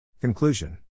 Conclusion